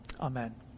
Amen